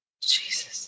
Jesus